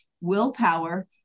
willpower